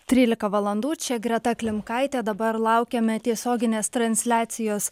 trylika valandų čia greta klimkaitė dabar laukiame tiesioginės transliacijos